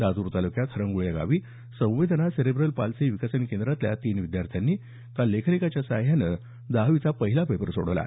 लातूर तालुक्यात हंरगुळ या गावी संवेदना सेरेब्रल पाल्सी विकसन केंद्रातल्या तीन विद्यार्थ्यांनी काल लेखनिकाच्या सहाय्याने दहावीचा पहिला पेपर सोडवला